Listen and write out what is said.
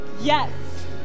Yes